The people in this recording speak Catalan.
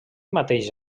mateix